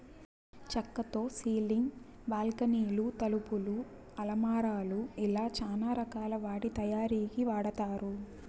చక్కతో సీలింగ్, బాల్కానీలు, తలుపులు, అలమారాలు ఇలా చానా రకాల వాటి తయారీకి వాడతారు